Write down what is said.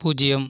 பூஜ்ஜியம்